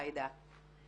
עאידה,